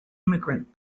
immigrant